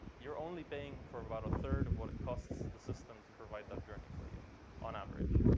you're only paying for about a third of what it costs the system to provide that journey for you on average.